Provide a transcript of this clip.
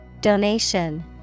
Donation